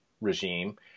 regime